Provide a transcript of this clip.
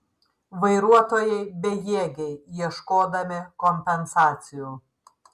vairuotojai bejėgiai ieškodami kompensacijų